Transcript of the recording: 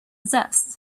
zest